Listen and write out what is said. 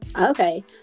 Okay